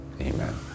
amen